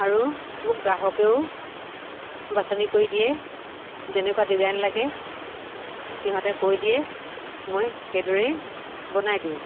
আৰু মোক গ্ৰাহকেও বাছনি কৰি দিয়ে যেনেকুৱা ডিজাইন লাগে সিহঁতে কৈ দিয়ে মই সেইদৰেই বনাই দিওঁ